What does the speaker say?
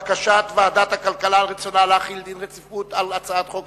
הודעת ועדת הכלכלה על רצונה להחיל דין רציפות על הצעת חוק